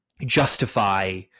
justify